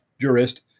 jurist